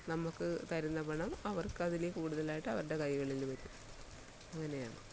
നമുക്ക് തരുന്ന പണം അവർക്കതിൽ കൂടുതലായിട്ട് അവരുടെ കൈകളിൽ വരും അങ്ങനെയാണ്